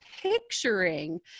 picturing